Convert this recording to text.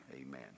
Amen